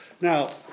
Now